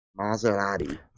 Maserati